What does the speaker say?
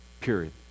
period